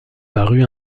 parut